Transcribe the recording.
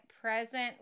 present